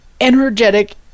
energetic